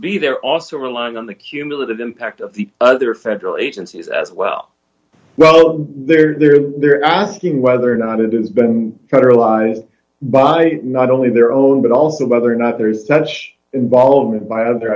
be they're also relying on the cumulative impact of the other federal agencies as well well they're they're they're asking whether or not it is been federalized by not only their own but also whether or not there is such involvement by the